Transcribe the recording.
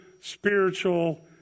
spiritual